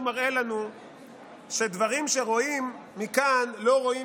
הוא מראה לנו שדברים שרואים מכאן לא רואים